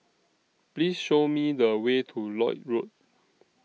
Please Show Me The Way to Lloyd Road